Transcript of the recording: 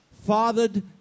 fathered